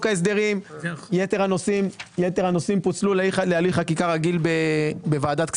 ההסדרים ויתר הנושאים פוצלו להליך חקיקה רגיל בוועדת כספים.